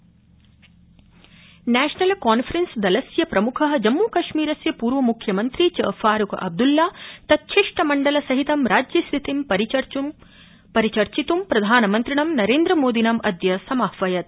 national Conference प्रधानमन्त्री National Conference दलस्य प्रमुख जम्मूकश्मीरस्य पूर्व मुख्यमन्त्री च फारूख अब्दुल्ला तच्छिष्टमण्डसहित राज्यस्थितिं परिचर्चित् प्रधानमन्त्रिणं नरेन्द्रमोदिनं अद्य समाह्वयत्